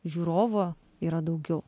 žiūrovo yra daugiau